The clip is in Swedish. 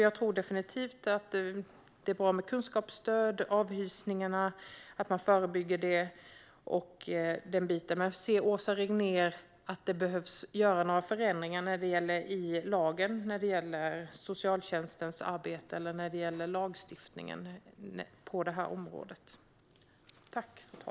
Jag tror definitivt att det är bra med kunskapsstöd och att man förebygger avhysningarna. Ser Åsa Regnér att det behöver göras några förändringar i lagstiftningen på området när det gäller socialtjänstens arbete?